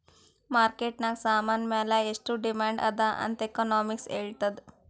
market ನಾಗ್ ಸಾಮಾನ್ ಮ್ಯಾಲ ಎಷ್ಟು ಡಿಮ್ಯಾಂಡ್ ಅದಾ ಅಂತ್ ಎಕನಾಮಿಕ್ಸ್ ಹೆಳ್ತುದ್